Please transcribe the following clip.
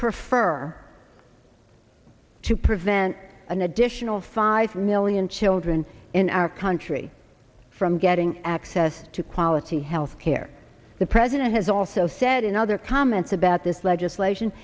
prefer to prevent an additional five million children in our country from getting access to quality health care the president has also said in other comments about this legislation